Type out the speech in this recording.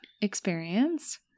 experience